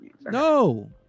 No